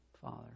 Father